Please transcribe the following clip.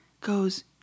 goes